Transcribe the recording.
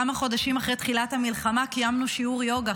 כמה חודשים אחרי תחילת המלחמה קיימנו שיעור יוגה,